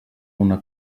una